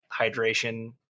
hydration